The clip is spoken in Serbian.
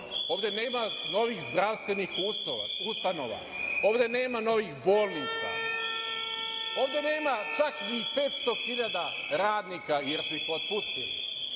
ovde nema novih zdravstvenih ustanova, ovde nema novih bolnica, ovde nema čak ni 500 hiljada radnika, jer su ih otpustili.